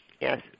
Yes